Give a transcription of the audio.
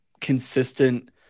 consistent